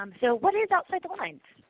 um so what is outside the lines?